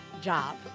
job